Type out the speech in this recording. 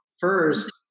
First